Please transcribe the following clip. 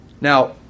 Now